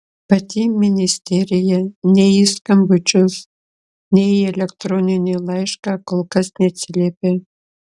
pati ministerija nei į skambučius nei į elektroninį laišką kol kas neatsiliepė